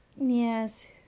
Yes